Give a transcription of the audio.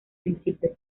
principio